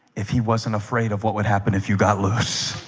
if he wasn't afraid of what would happen if you got loose